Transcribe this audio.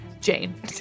Jane